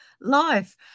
life